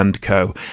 Co